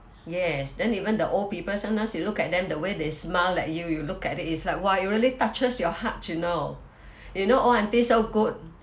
yes then even the old people sometimes you look at them the way they smile at you you look at it it's like !wah! it really touches your heart you know you know old aunties so good